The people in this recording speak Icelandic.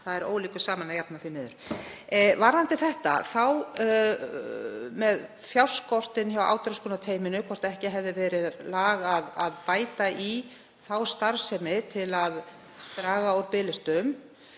það er ólíku saman að jafna, því niður. Varðandi þetta með fjárskortinn hjá átröskunarteyminu, hvort ekki hefði verið lag að bæta í þá starfsemi til að draga úr biðlistum,